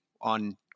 on